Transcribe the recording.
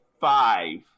five